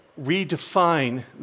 redefine